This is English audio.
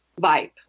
vibe